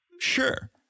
Sure